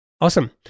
awesome